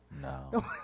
No